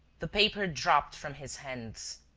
the paper dropped from his hands.